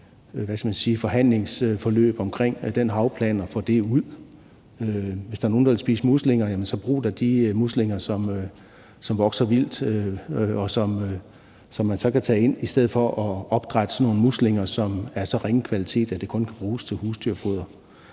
forhandlingsforløb omkring den havplan og får det ud. Hvis der er nogen, der vil spise muslinger, så brug da de muslinger, som vokser vildt, og som man så kan tage ind, i stedet for at opdrætte sådan nogle muslinger, som er af så ringe kvalitet, at det kun kan bruges til husdyrfoder.